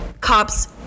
cops